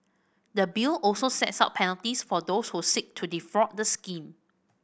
the Bill also sets out penalties for those who seek to defraud the scheme